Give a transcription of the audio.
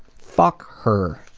fuck her.